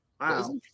Wow